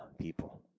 people